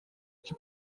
que